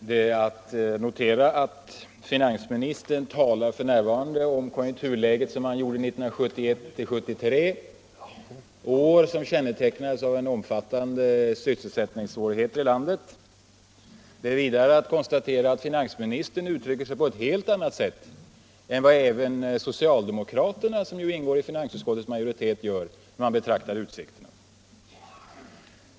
Herr talman! Det är att notera att finansministern f. n. talar om konjunkturläget så som han gjorde 1971-1973, år som kännetecknades av omfattande sysselsättningssvårigheter i landet. Det är vidare att konstatera att finansministern uttrycker sig på ett helt annat sätt än vad även de socialdemokrater som ingår i finansutskottets majoritet gör när de betraktar utsikterna.